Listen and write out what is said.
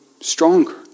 stronger